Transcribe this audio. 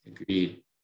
Agreed